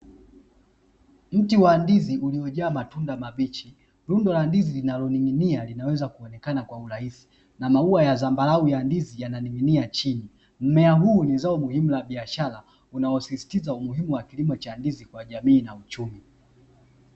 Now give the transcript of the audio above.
Mti wa ndizi uliojaa matunda mabichi lundo la ndizi, linaloning'inia linaloweza kuonekana kwa urahisi na maua ya zambarau ya ndizi yananing'inia chini. Mmea huu ni zao muhimu la biashara unaosisitiza umuhimu wa kilimo cha ndizi kwa jamii na uchumi.